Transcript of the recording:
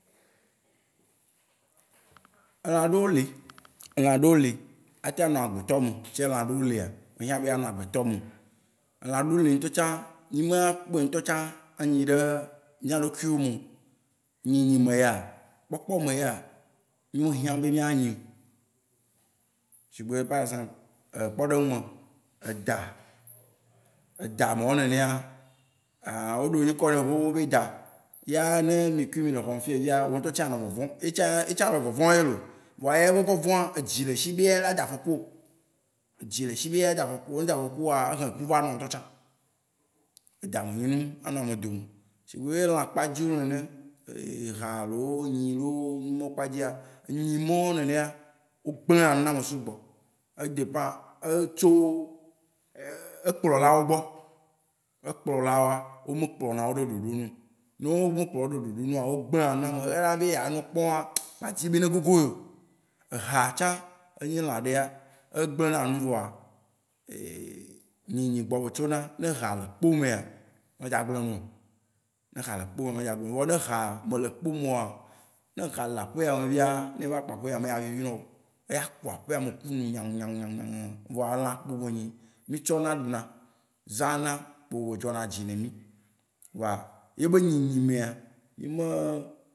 Elã ɖe wó li, elã ɖe wó li ate anɔ agbe tɔ wó me. Tsafi elã ɖe wó li lia, mehia be a nɔ agbe tɔ wó meo. Elã ɖe wó li ntɔ tsã, mí ma akpɔe ŋutɔ tsã anyĩ ɖe mía ɖokui wó meo. Nyĩnyĩ me yea? Kpɔkpɔ me yea? Me hiã be mía nyĩ oo. sigbe par exemple kpɔɖeŋu me eda. Eda mawó nenea wó ɖo nyikɔ nae xoxo be eda. Eya ne mì kui mi nɔ xɔme fiye fia, wò ŋutɔ tsã anɔ vɔvɔm. Yetsã, yetsã le vɔvɔm ye loo. Vɔa eya be vɔvɔa, edzi le eshi be eya la ado afɔku wò. Edzi le eshi be eyea ado afɔku wò. Ne edo afɔku wòa, ehe ku va na wò ŋutɔ tsã. Eda me nyi nu anɔ ame dome oo. Sigbe be lã kpa dzi oo nene ehã alo nyi loo, numawo kpata kpadzia, enyi mawó nenea wó gblea nu na ame sugbɔ. E dépend. E tso ekplɔ la wò gbɔ. Ekplola wóa, wó me pklɔna wó ɖe ɖoɖo nu oo. Ne wó me kplɔ wó ɖe ɖoɖo nu oo wòa, wó gble na nu na ame. Ena be anɔ kpɔ maa, ma adzi be ne gogo yeo. Ehã tsã enyi lã ɖea, egble na nu vɔa, nyĩnyĩ gbɔ be tso na. Ne ehã le kpo mea, me dza agble nu oo. Ne ehã le kpo mea me dza agble nu oo, vɔ ne ehã me le kpo me oa, ne ehã le aƒe ya me ƒia, ne eva kpɔ aƒe ya mea, me yaa vivi ne wò oo. Edza ku aƒe me ku hunyan hunyan hunyahun hunyan hunyan hunyan. Vɔa elã kpo be nyi mí tsɔ na ɖu na, zã na kpo be dzɔ na dzi ne mí. Vɔa yebe nyĩnyĩ mea, mi mee